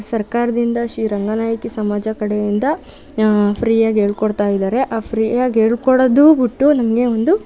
ಸರ್ಕಾರದಿಂದ ಶ್ರೀ ರಂಗನಾಯಕಿ ಸಮಾಜ ಕಡೆಯಿಂದ ಫ್ರೀಯಾಗಿ ಹೇಳ್ಕೊಡ್ತಾ ಇದ್ದಾರೆ ಆ ಫ್ರೀಯಾಗಿ ಹೇಳ್ಕೊಡೊದೂ ಬಿಟ್ಟು ನಮಗೆ ಒಂದು